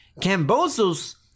...Cambosos